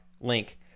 link